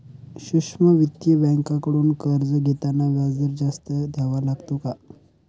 सूक्ष्म वित्तीय बँकांकडून कर्ज घेताना व्याजदर जास्त द्यावा लागतो का?